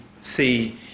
see